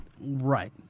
Right